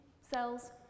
cells